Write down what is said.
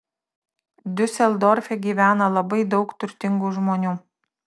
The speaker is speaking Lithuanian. diuseldorfe gyvena labai daug turtingų žmonių